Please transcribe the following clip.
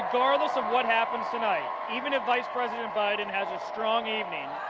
the goddess of what happens tonight, even if ice president biden has a strong evening,